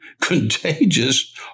contagious